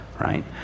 Right